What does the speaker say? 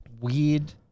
weird